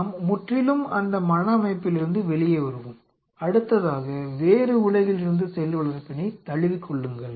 நாம் முற்றிலும் அந்த மன அமைப்பிலிருந்து வெளியே வருவோம் அடுத்ததாக வேறு உலகிலிருந்து செல் வளர்ப்பினை தழுவிக்கொள்ளுங்கள்